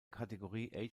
kategorie